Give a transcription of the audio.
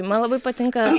man labai patinka